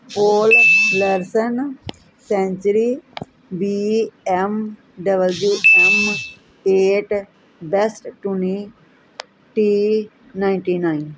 ਪੋਲ lesson century B M W M eight ਬੈਸਟਟੂਣੀ T ninety nine